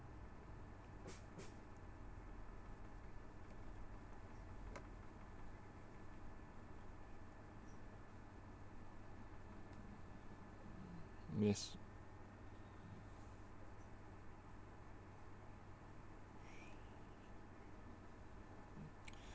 yes